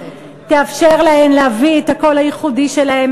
תאפשר להן להביא את הקול הייחודי שלהן,